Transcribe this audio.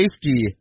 safety